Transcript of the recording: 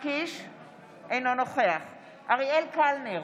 אינו נוכח אריאל קלנר,